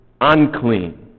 unclean